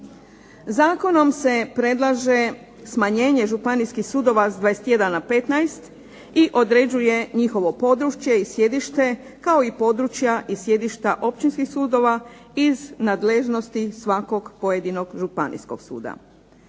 Zakonom se predlaže smanjenje županijskih sudova sa 21 na 15 i određuje njihovo područje i sjedište kao i područja i sjedišta općinskih sudova iz nadležnosti svakog pojedinog županijskog suda.